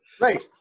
Right